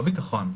לא ביטחון.